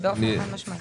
באופן חד משמעי.